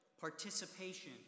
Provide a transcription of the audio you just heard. participation